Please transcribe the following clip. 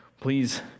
please